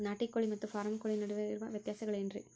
ನಾಟಿ ಕೋಳಿ ಮತ್ತ ಫಾರಂ ಕೋಳಿ ನಡುವೆ ಇರೋ ವ್ಯತ್ಯಾಸಗಳೇನರೇ?